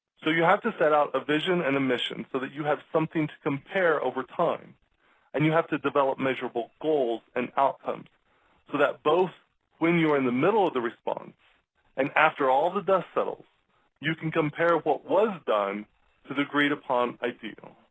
so you have to set out a vision and a mission so that you have something to compare over time and you have to develop measurable goals and outcomes so that when when you are in the middle of a response and after all of the dust settles you can compare what was done to the agreed-upon ideal.